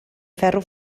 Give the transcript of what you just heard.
ferro